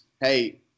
hey